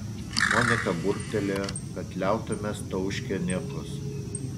monika burbtelėjo kad liautumės tauškę niekus